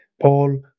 Paul